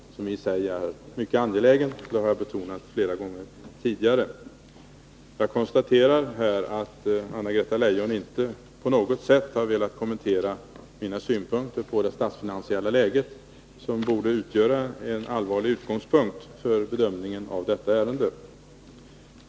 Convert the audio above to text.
Den är i sig mycket angelägen, vilket jag många gånger tidigare har betonat. Jag konstaterar att Anna-Greta Leijon inte på något sätt har velat kommentera mina synpunkter på det statsfinansiella läget, vilket borde utgöra en allvarlig utgångspunkt för bedömningen av detta ärende.